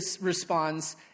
responds